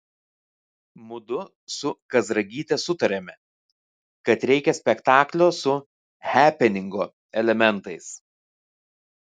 mudu su kazragyte sutarėme kad reikia spektaklio su hepeningo elementais